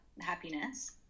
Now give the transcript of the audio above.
happiness